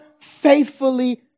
faithfully